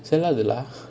சிலது:sillathu lah